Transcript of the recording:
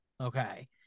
okay